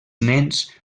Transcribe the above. nens